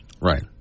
Right